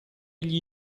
gli